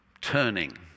Turning